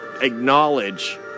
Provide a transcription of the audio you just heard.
acknowledge